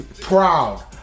proud